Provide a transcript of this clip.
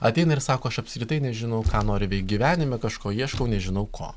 ateina ir sako aš apskritai nežinau ką noriu veikt gyvenime kažko ieškau nežinau ko